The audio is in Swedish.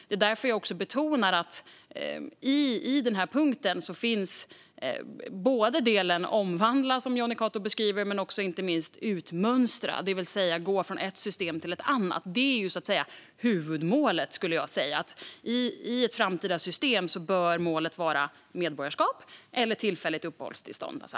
Det är därför jag också betonar att det under punkten om permanenta uppehållstillstånd finns en del om att omvandla dem, som Jonny Cato beskriver, men inte minst även en del om att utmönstra dem, det vill säga gå från ett system till ett annat. Det är huvudmålet, skulle jag säga. I ett framtida system bör målet vara medborgarskap eller tillfälligt uppehållstillstånd.